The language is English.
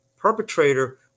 perpetrator